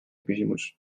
küsimus